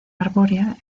arbórea